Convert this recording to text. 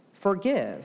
forgive